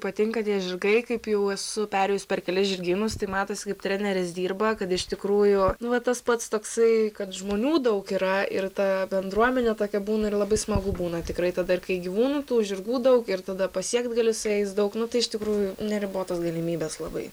patinka tie žirgai kaip jau esu perėjus per kelis žirgynus tai matosi kaip treneris dirba kad iš tikrųjų va tas pats toksai kad žmonių daug yra ir ta bendruomenė tokia būna ir labai smagu būna tikrai tada kai gyvūnų tų žirgų daug ir tada pasiekti galiu su jais daug nu tai iš tikrųjų neribotos galimybės labai